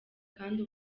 kandi